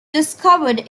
discovered